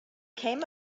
came